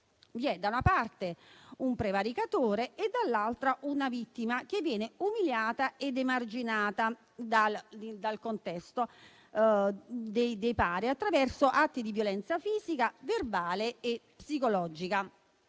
Vi è da una parte un prevaricatore e dall'altra una vittima, che viene umiliata ed emarginata dal contesto dei pari attraverso atti di violenza fisica, verbale e psicologica.